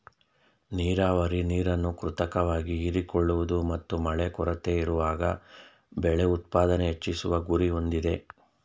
ನೀರಾವರಿ ನೀರನ್ನು ಕೃತಕವಾಗಿ ಹೀರಿಕೊಳ್ಳುವುದು ಮತ್ತು ಮಳೆ ಕೊರತೆಯಿರುವಾಗ ಬೆಳೆ ಉತ್ಪಾದನೆ ಹೆಚ್ಚಿಸುವ ಗುರಿ ಹೊಂದಿದೆ